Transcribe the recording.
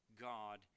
God